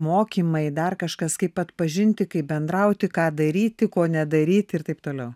mokymai dar kažkas kaip atpažinti kaip bendrauti ką daryti ko nedaryti ir taip toliau